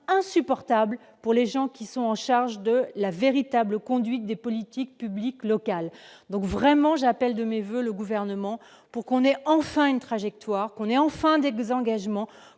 insupportable pour les gens qui sont en charge de la véritable conduite des politiques publiques locales, donc, vraiment j'appelle de mes voeux le gouvernement pour qu'on ait enfin une trajectoire qu'on ait enfin des engagements